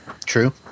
true